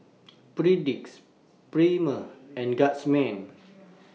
Perdix Premier and Guardsman